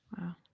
wow